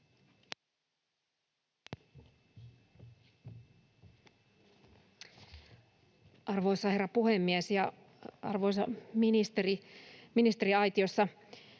Arvoisa herra puhemies ja arvoisa ministeri ministeriaitiossa!